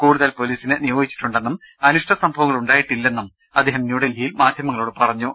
കൂടുതൽ പൊലീസിനെ നിയോഗിച്ചിട്ടുണ്ടെന്നും അനിഷ്ട സംഭവങ്ങൾ ഉണ്ടായിട്ടില്ലെന്നും അദ്ദേഹം ന്യൂഡൽഹിയിൽ മാധ്യമങ്ങളോട് പറഞ്ഞു